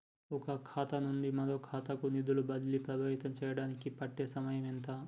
ఒక ఖాతా నుండి మరొక ఖాతా కు నిధులు బదిలీలు ప్రభావితం చేయటానికి పట్టే సమయం ఎంత?